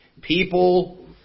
People